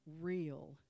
real